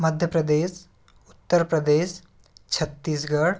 Madhya Pradesh Uttar Pradesh Chhattisgarh